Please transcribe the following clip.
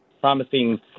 promising